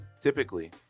Typically